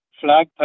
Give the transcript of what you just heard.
flag